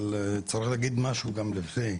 אבל צריך להגיד משהו גם לפני.